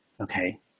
Okay